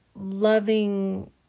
loving